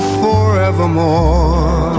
forevermore